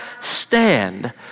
stand